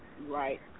Right